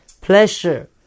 Pleasure